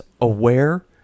aware-